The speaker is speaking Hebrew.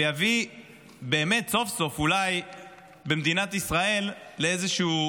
ויביא אולי באמת סוף-סוף במדינת ישראל לאיזשהו